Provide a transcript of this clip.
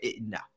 No